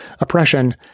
oppression